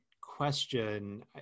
question